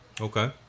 Okay